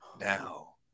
Now